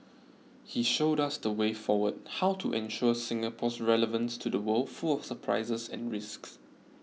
he showed us the way forward how to ensure Singapore's relevance to the world full of surprises and risks